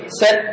set